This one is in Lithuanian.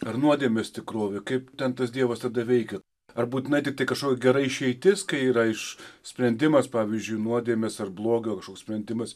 ar nuodėmės tikrovė kaip ten tas dievas tada veikia ar būtinai tiktai kažkokia gera išeitis kai yra iš sprendimas pavyzdžiui nuodėmės ar blogio kažkoks sprendimas